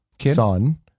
son